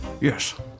Yes